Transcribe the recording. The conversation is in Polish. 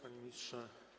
Panie Ministrze!